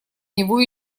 него